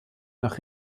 nach